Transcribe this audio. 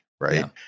right